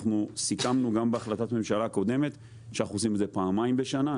אנחנו סיכמנו גם בהחלטת ממשלה קודמת שאנחנו עושים את זה פעמיים בשנה.